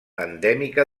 endèmica